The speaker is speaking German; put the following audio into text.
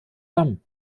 lamm